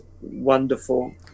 wonderful